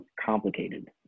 complicated